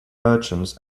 merchants